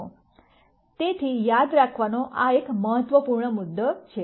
તેથી યાદ રાખવાનો આ એક મહત્વપૂર્ણ મુદ્દો છે